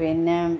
പിന്നെ